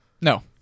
No